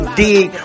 dig